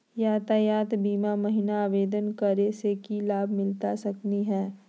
यातायात बीमा महिना आवेदन करै स की लाभ मिलता सकली हे?